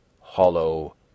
hollow